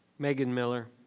megan miller.